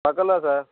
பக்கம் தான் சார்